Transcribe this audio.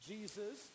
Jesus